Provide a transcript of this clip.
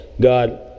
God